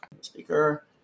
Speaker